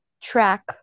track